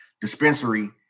dispensary